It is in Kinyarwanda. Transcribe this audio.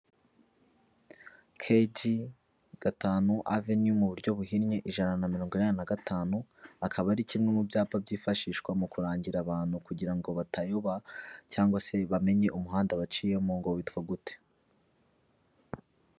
keji, gatanu, aveni mu buryo buhinnye, ijana na mirongo inani na gatanu, akaba ari kimwe mu byapa byifashishwa mu kurangira abantu kugira ngo batayoba, cyangwa se bamenye umuhanda waciyemo ngo witwa gute.